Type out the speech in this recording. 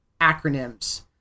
acronyms